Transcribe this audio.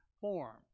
form